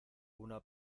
una